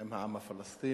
עם העם הפלסטיני.